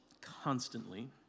constantly